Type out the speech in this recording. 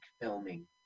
filming